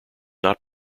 not